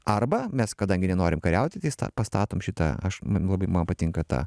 arba mes kadangi nenorim kariauti tai pastatom šitą aš labai man patinka ta